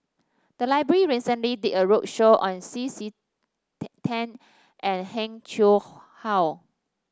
the library recently did a roadshow on C C Tan Tan and Heng Chee How